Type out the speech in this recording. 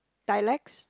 dialects